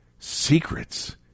secrets